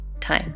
time